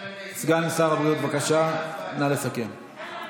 סגן שר הבריאות, בבקשה, נא לסכם.